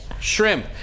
Shrimp